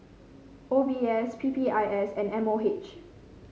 O B S P P I S and M O H